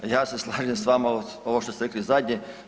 Ja se slažem s vama ovo što ste rekli zadnje.